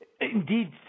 Indeed